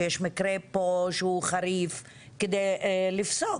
שיש מקרה פה שהוא חריף כדי לפסוק.